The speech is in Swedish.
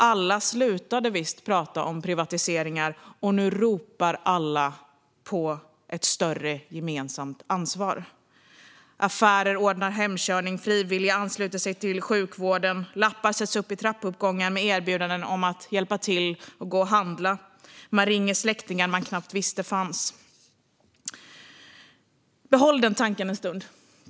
Alla slutade visst att prata om privatiseringar, och nu ropar alla på ett större gemensamt ansvar. Affärer ordnar hemkörning. Frivilliga ansluter sig till sjukvården. Lappar sätts upp i trappuppgångar med erbjudanden om att hjälpa till att gå och handla. Man ringer släktingar man knappt visste fanns. Behåll den tanken en stund.